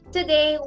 Today